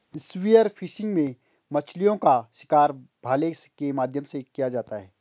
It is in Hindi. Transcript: स्पीयर फिशिंग में मछलीओं का शिकार भाले के माध्यम से किया जाता है